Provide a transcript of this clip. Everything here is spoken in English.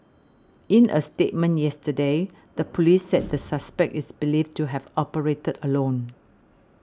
in a statement yesterday the police said the suspect is believed to have operated alone